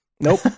Nope